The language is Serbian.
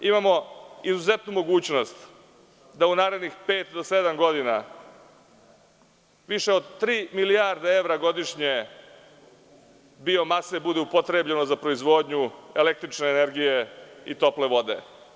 Imamo izuzetnu mogućnost da u narednih pet do sedam godina, više od tri milijarde evra godišnje biomase, bude upotrebljeno za proizvodnju električne energije i tople vode.